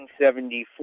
1974